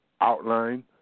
outline